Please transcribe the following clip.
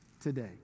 today